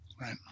Right